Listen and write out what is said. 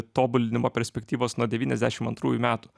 tobulinimo perspektyvos nuo devyniasdešim antrųjų metų